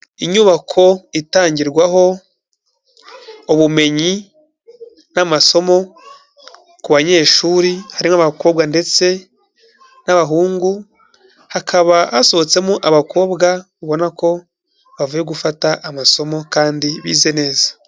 Inyubako itangirwaho ubumenyi n'amasomo ku banyeshuri, harimo abakobwa ndetse n'abahungu, hakaba hasohotsemo abakobwa ubona ko bavuye gufata amasomo kandi bize neza.